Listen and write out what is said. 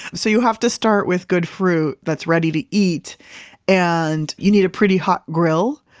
so, you have to start with good fruit that's ready to eat and you need a pretty hot grill,